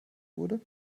wurde